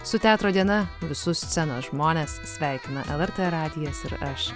su teatro diena visus scenos žmones sveikina lrt radijas ir aš